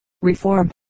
Reform